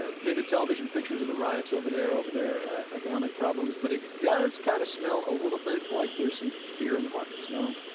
ah vivid television pictures of the riots over there over their economic problems. but it does kind of smell like a little bit like there's some fear in the markets, no?